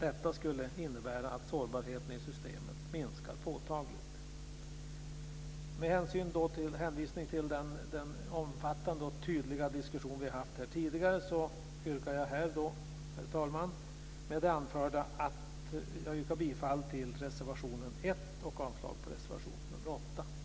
Detta skulle innebära att sårbarheten i systemet minskar påtagligt. Med hänvisning till den omfattande och tydliga diskussion vi har haft här tidigare yrkar jag med det anförda bifall till reservation 1 och avslag på reservation 3.